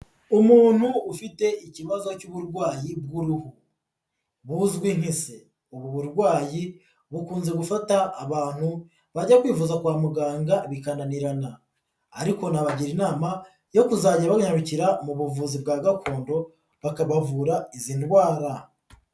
Umuntu ufite ikibazo cy'uburwayi bw'uruhu buzwi nk'ise, ubu burwayi bukunze gufata abantu bajya kwivuza kwa muganga bikananirana ariko nabagira inama yo kuzajya banyarukira mu buvuzi bwa gakondo bakabavura izi ndwara.